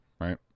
right